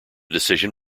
decision